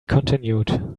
continued